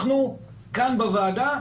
כאן בוועדה,